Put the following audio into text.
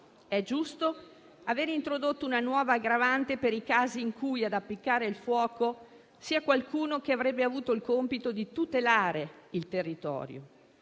È giusto aver introdotto una nuova aggravante per i casi in cui ad appiccare il fuoco sia qualcuno che avrebbe avuto il compito di tutelare il territorio,